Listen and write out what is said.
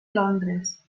londres